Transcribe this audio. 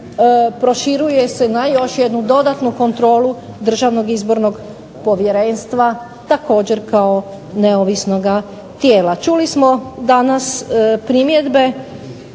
Proširuje se na još jednu dodatnu kontrolu DIP-a također kao neovisnoga tijela. Čuli smo danas primjedbe